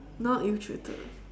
not ill treated lah